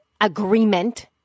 agreement